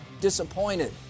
disappointed